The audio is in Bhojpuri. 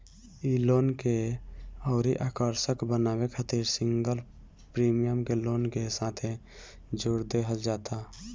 इ लोन के अउरी आकर्षक बनावे खातिर सिंगल प्रीमियम के लोन के साथे जोड़ देहल जात ह